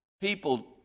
people